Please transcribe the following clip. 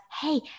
hey